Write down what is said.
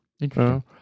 Interesting